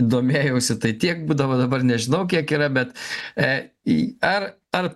domėjausi tai tiek būdavo dabar nežinau kiek yra bet e i ar ar